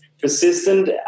persistent